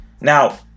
Now